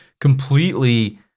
completely